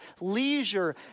leisure